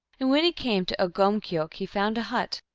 and when he came to ogumkeok he found a hut,